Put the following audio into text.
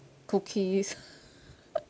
cookies